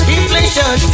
Inflation